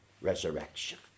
resurrection